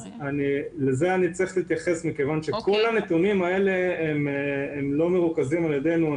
לזה אני צריך להתייחס מכיוון שכל הנתונים האלה הם לא מרוכזים על ידנו.